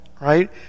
right